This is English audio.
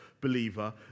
believer